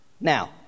Now